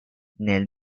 nel